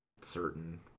certain